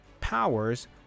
powers